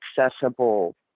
accessible